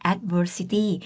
Adversity